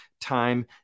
time